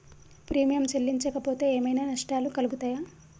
Premium చెల్లించకపోతే ఏమైనా నష్టాలు కలుగుతయా?